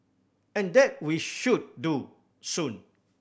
and that we should do soon